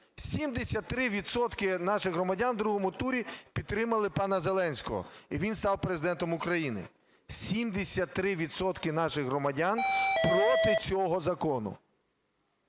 наших громадян в другому турі підтримали пана Зеленського і він став Президентом України. 73 відсотки наших громадян проти цього закону.